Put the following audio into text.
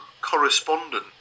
correspondent